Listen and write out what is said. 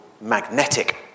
Magnetic